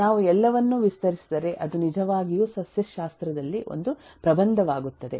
ನಾವು ಎಲ್ಲವನ್ನೂ ವಿಸ್ತರಿಸಿದರೆ ಅದು ನಿಜವಾಗಿಯೂ ಸಸ್ಯಶಾಸ್ತ್ರದಲ್ಲಿ ಒಂದು ಪ್ರಬಂಧವಾಗುತ್ತದೆ